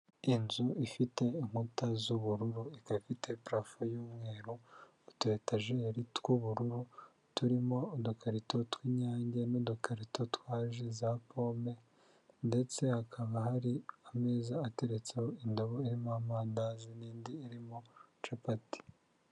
Inzu ifite inkuta z'ubururu ikafite parafo y'umweru utu etajeri tw'ubururu turimo udukarito tw'Inyange n'udukarito twa ji za pome, ndetse hakaba hari ameza ateretseho indobo irimo amandazi n'indi irimo capati.